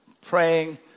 praying